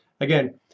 again